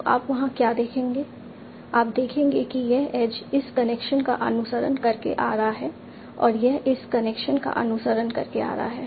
तो आप वहां क्या देखेंगे आप देखेंगे कि यह एज इस कनेक्शन का अनुसरण करके आ रहा है और यह इस कनेक्शन का अनुसरण करके आ रहा है